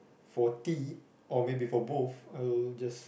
for tea or maybe for both I would just